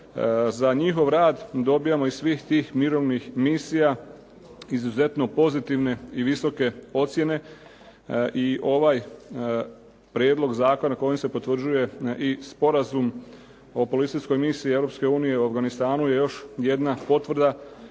Za njihov rad dobivamo iz svih tih mirovnih misija izuzetno pozitivne i visoke ocjene i ovaj prijedlog zakona kojim se potvrđuje i Sporazum o policijskoj misiji Europske unije u Afganistanu je još jedna potvrda